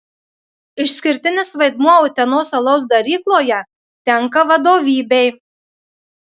išskirtinis vaidmuo utenos alaus darykloje tenka vadovybei